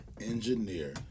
engineer